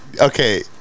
okay